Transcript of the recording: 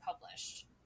published